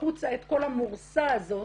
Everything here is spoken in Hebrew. החוצה את כל המורסה הזאת,